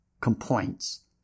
complaints